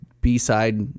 B-side